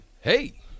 Hey